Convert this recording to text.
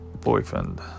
boyfriend